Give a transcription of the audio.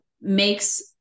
makes